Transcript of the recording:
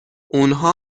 اونها